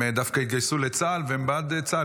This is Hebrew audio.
הם דווקא התגייסו לצה"ל, והם בעד צה"ל.